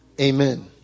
Amen